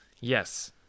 Yes